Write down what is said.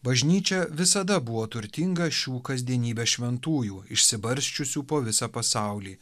bažnyčia visada buvo turtinga šių kasdienybės šventųjų išsibarsčiusių po visą pasaulį